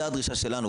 זה הדרישה שלנו,